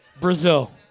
Brazil